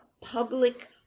public